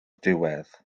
diwedd